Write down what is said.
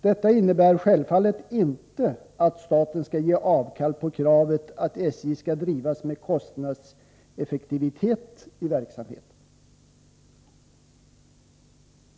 Detta innebär självfallet inte att staten skall avstå från kravet att SJ skall drivas med kostnadseffektivitet i verksamheten.